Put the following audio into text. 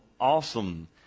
awesome